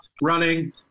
running